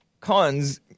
Cons